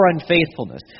unfaithfulness